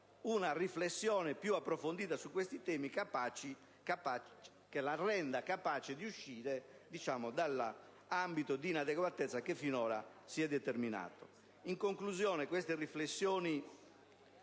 una riflessione più approfondita su questi temi, che la rende capace di uscire dall'ambito di inadeguatezza che finora si è determinato.